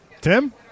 Tim